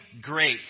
great